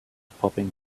popping